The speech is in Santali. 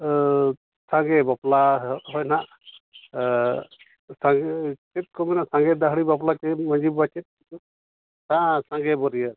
ᱥᱟᱸᱜᱮ ᱵᱟᱯᱞᱟ ᱦᱮᱱᱟᱜ ᱥᱟᱸᱜᱮ ᱪᱮᱫ ᱠᱚ ᱢᱮᱱᱟ ᱥᱟᱸᱜᱮ ᱫᱟᱹᱲᱦᱤ ᱵᱟᱯᱞᱟ ᱢᱟᱺᱡᱷᱤ ᱵᱟᱵᱟ ᱪᱮᱫ ᱪᱮᱫ ᱥᱟᱸᱜᱮ ᱵᱟᱹᱨᱭᱟᱹᱛ